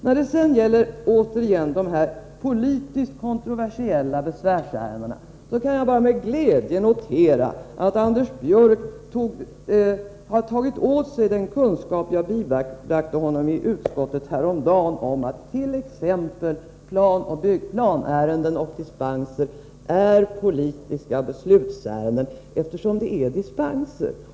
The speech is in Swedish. När det sedan återigen gäller de politiskt kontroversiella besvärsärendena kan jag bara med glädje notera att Anders Björck har tagit åt sig den kunskap jag häromdagen bibragte honom i utskottet om att t.ex. planärenden är politiska beslutsärenden, eftersom det är fråga om dispenser.